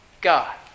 God